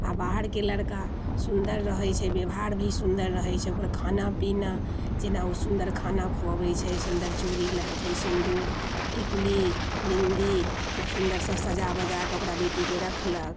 आओर बाहरके लड़िका सुन्दर रहै छै व्यवहार भी सुन्दर रहै छै ओकरा खाना पीना जेना ओ सुन्दर खाना खुअबै छै सुन्दर चूड़ी लहठी सिन्दूर टिकुली बिन्दी खूब सुन्दरसँ सजा बजाकऽ ओकरा बेटीके रखलक